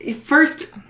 first